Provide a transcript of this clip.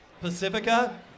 Pacifica